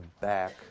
back